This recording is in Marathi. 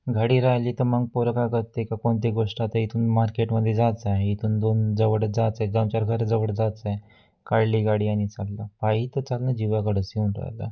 गाडी राहिली तर मग पोरं का करते का कोणती गोष्ट आता इथून मार्केटमध्ये जायचं आहे इथून दोन जवळ जायचं आहे दोन चार घरं जवळ जायचं आहे काढली गाडी आणि चा पायी तर चालणं जिवावर उचलून राहिला